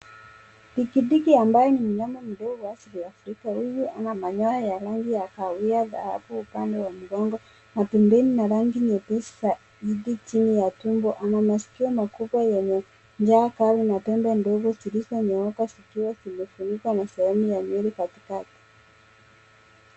Dikidiki ambaye ni mnyama mdogo wa asili ya Afrika; ana manyoya ya rangi ya kahawia, dhahabu upande wa mgongo na pembeni na rangi nyepesi za wingi chini ya tumbo. Ana masikio makubwa yenye ncha kali na pembe ndefu zilizonyooka zikiwa zimefunikwa na sehemu ya nywele katikati.